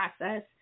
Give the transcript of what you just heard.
process